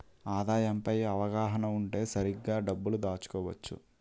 ఆదాయం పై అవగాహన ఉంటే సరిగ్గా డబ్బు దాచుకోవచ్చు